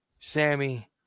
Sammy